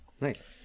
Nice